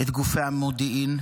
את גופי המודיעין,